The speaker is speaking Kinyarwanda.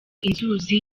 inzuzi